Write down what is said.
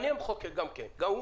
אני המחוקק גם כן.